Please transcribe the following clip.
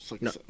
No